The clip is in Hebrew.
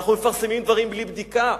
אנחנו מפרסמים דברים בלי בדיקה?